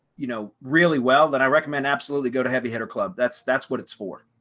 you know, really well that i recommend absolutely go to heavy hitter club. that's, that's what it's for.